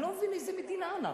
אני לא מבין איזה מדינה אנחנו.